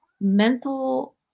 mental